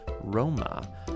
Roma